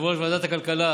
יושב-ראש ועדת הכלכלה